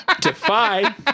Defy